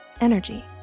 energy